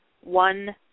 one